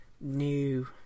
new